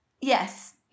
Yes